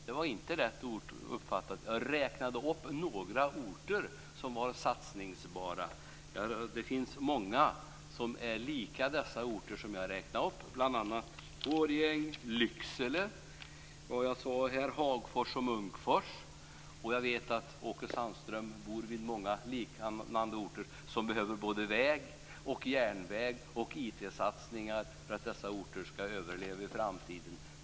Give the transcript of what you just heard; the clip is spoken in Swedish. Herr talman! Det är inte rätt uppfattat. Jag räknade upp några orter som var satsningsbara, bl.a. Årjäng, Lycksele, Hagfors och Munkfors. Jag vet att Åke Sandström bor i närheten av liknande orter som behöver såväl väg som järnväg och IT-satsningar för att de skall överleva i framtiden.